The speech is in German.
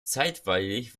zeitweilig